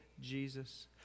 Jesus